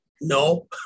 No